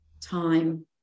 time